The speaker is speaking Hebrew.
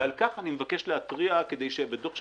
ועל כך אני מבקש להתריע כדי שבדוח של